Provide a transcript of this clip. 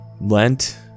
Lent